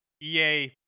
EA